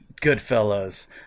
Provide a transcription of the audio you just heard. Goodfellas